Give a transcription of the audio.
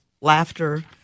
laughter